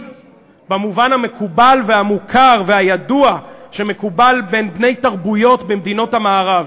peace במובן המקובל והמוכר והידוע בקרב בני תרבויות במדינות המערב?